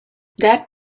that